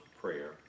prayer